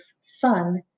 son